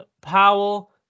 Powell